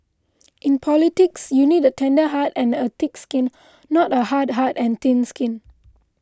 in politics you need a tender heart and a thick skin not a hard heart and thin skin